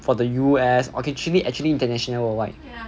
for the U_S okay actually actually international world wide